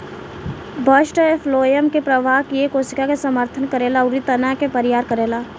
bast phloem के प्रवाह किये कोशिका के समर्थन करेला अउरी तना के बरियार करेला